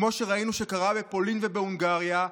כמו שראינו שקרה בפולין ובהונגריה,